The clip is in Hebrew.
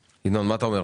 ינון, מה אתה אומר?